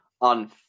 on